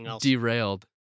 derailed